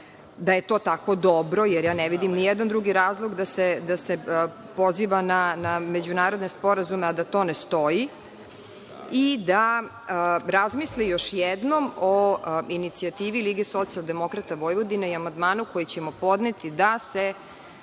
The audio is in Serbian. da je to tako dobro, jer ja ne vidim ni jedan dobar razlog da se poziva na međunarodne sporazume, a da to ne stoji i da razmisli još jednom o inicijativi LSV i amandmanu koji ćemo podneti, da se